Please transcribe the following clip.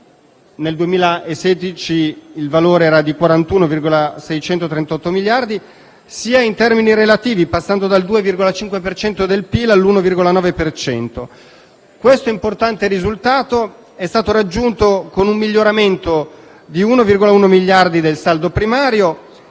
nel 2016 il valore era di 41,638 miliardi - sia in termini relativi, passando dal 2,5 per cento del PIL all'1,9 per cento. Questo importante risultato è stato raggiunto con un miglioramento di 1,1 miliardi del saldo primario